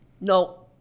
No